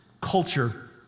culture